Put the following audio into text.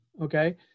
Okay